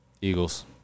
Eagles